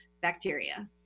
bacteria